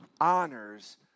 honors